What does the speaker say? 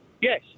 Yes